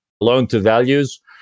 loan-to-values